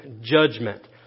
judgment